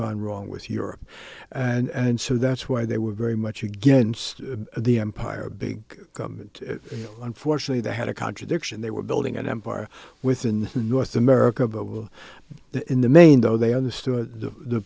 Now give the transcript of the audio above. gone wrong with europe and so that's why they were very much against the empire big government unfortunately they had a contradiction they were building an empire within the north america bubble in the main though they understood the